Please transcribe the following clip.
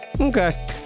Okay